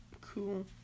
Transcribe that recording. Cool